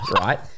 right